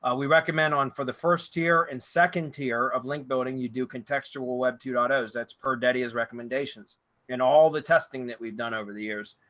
ah we recommend on for the first tier and second tier of link building, you do contextual web to dados. that's per day. it has recommendations and all the testing that we've done over the years,